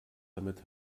damit